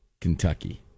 Kentucky